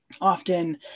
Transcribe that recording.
often